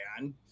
man